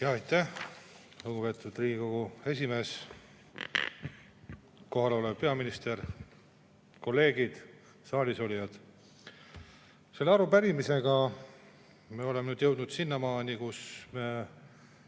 Aitäh, lugupeetud Riigikogu esimees! Kohalolev peaminister, kolleegid, saalisolijad! Selle arupärimisega me oleme nüüd jõudnud sinnamaani, kus me